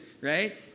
right